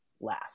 laugh